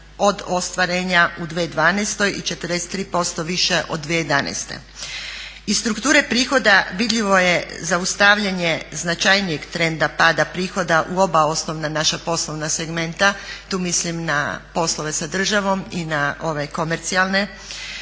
od ostvarenja u 2012.i 43% više od 2011. Iz strukture prihoda vidljivo je zaustavljanje značajnijeg trenda pada prihoda u oba osnovna naša poslovna segmenta, tu mislim na poslove sa državom i na ove komercijalne,